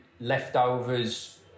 leftovers